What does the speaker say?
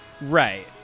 Right